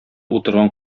утырган